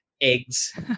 Eggs